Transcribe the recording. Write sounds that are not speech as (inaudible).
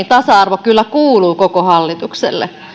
(unintelligible) tasa arvo kuuluu kyllä koko hallitukselle